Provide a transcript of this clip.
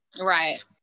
right